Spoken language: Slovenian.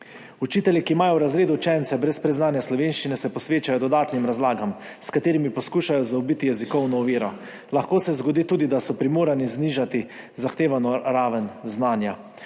Učitelji, ki imajo v razredu učence brez predznanja slovenščine, se posvečajo dodatnim razlagam, s katerimi poskušajo zaobiti jezikovno oviro. Lahko se zgodi tudi, da so primorani znižati zahtevano raven znanja,